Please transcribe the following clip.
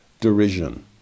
derision